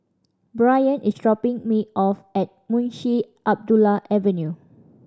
Bryan is dropping me off at Munshi Abdullah Avenue